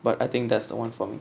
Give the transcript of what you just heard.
but I think that's the [one] for me